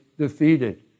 defeated